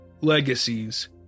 legacies